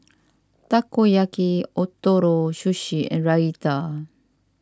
Takoyaki Ootoro Sushi and Raita